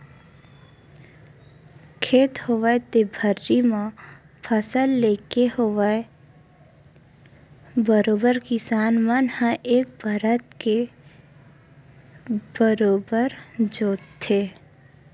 खेत होवय ते भर्री म फसल लेके होवय बरोबर किसान मन ह एक परत के बरोबर जोंतथे